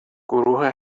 گروه